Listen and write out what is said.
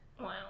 Wow